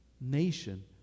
nation